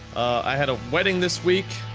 i had a wedding this week,